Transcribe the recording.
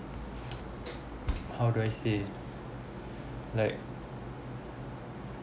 how do I say like